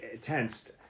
tensed